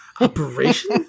Operation